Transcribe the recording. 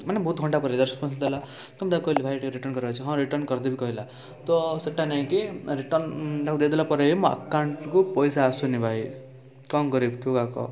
ମାନେ ବହୁତ ଘଣ୍ଟା ପରେ ରେସପନ୍ସ ଦେଲା ତ ମୁଁ ତାକୁ କହିଲି ଭାଇ ଟିକିଏ ରିଟର୍ନ କରିବାର ଅଛି ହଁ ରିଟର୍ନ କରିଦେବି କହିଲା ତ ସେଟା ନାଇଁକି ରିଟର୍ନ ତାକୁ ଦେଇଦେଲା ପରେ ମୋ ଆକାଉଣ୍ଟକୁ ପଇସା ଆସୁନି ଭାଇ କ'ଣ କରିବି ତୁ ଆ କହ